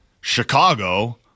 Chicago